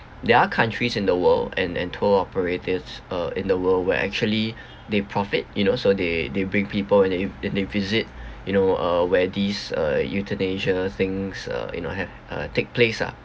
there are countries in the world and and tour operators uh in the world where actually they profit you know so they they bring people and they and they visit you know uh where these uh euthanasia things uh you know have uh take place lah